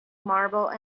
marble